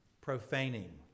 Profaning